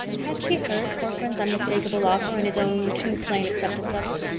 had she heard corcoran's unmistakable offer and his own too plain acceptance of it?